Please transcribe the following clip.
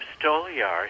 Stoliar